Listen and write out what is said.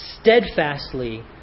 steadfastly